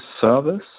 service